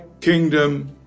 kingdom